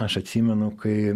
aš atsimenu kai